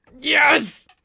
Yes